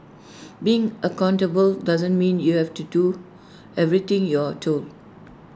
being accountable doesn't mean you have to do everything you're told